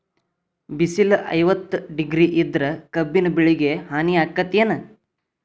ಬಿಸಿಲ ಐವತ್ತ ಡಿಗ್ರಿ ಇದ್ರ ಕಬ್ಬಿನ ಬೆಳಿಗೆ ಹಾನಿ ಆಕೆತ್ತಿ ಏನ್?